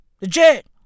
Legit